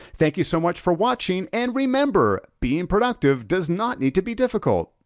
thank you so much for watching and remember, being productive does not need to be difficult.